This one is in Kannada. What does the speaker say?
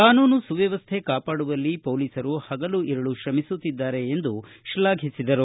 ಕಾನೂನು ಸುವ್ಯವಸ್ಥೆ ಕಾಪಾಡುವಲ್ಲಿ ಪೊಲೀಸರು ಪಗಲು ಇರುಳು ಶ್ರಮಿಸುತ್ತಿದ್ದಾರೆ ಎಂದು ಶ್ಲಾಘಿಸಿದರು